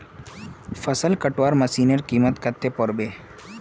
फसल कटवार मशीनेर कीमत कत्ते पोर बे